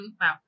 Wow